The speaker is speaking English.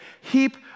heap